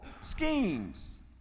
schemes